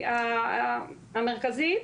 המרכזית.